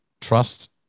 Trust